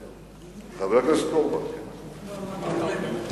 חבר הכנסת אורבך, לא אורלב.